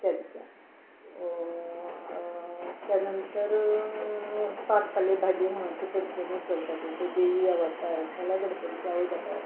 त्या दिसा त्या नंतर पांचपाले भाजी म्हणून ते पंचमी करता ते देवी आवडटाय म्हणल्या गणपतीच्या आवय बापायक